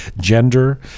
gender